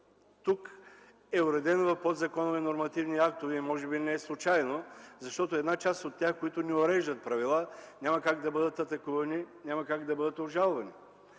тук е уреден в подзаконови нормативни актове и може би не е случайно, защото една част от тях, които не уреждат правила, няма как да бъдат атакувани, няма как да бъдат обжалвани.